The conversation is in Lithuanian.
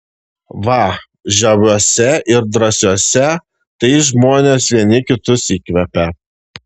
va žaviuose ir drąsiuose tai žmonės vieni kitus įkvepia